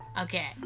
Okay